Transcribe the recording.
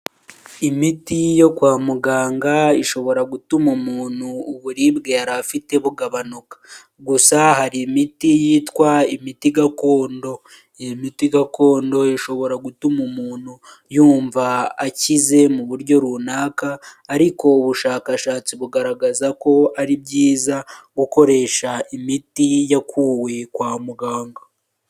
Imiti yo kwa muganga ishobora gutuma umuntu uburibwe yari afite bugabanuka, gusa hari imiti yitwa imiti gakondo, miti gakondo ishobora gutuma umuntu yumva akize mu buryo runaka, ariko ubushakashatsi bugaragaza ko ari byiza gukoresha imiti yakuwe kwa muganga.